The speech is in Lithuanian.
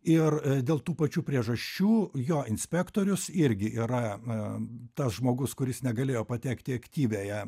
ir dėl tų pačių priežasčių jo inspektorius irgi yra tas žmogus kuris negalėjo patekti į aktyviąją